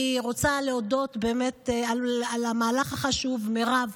אני רוצה להודות באמת על המהלך החשוב, מירב.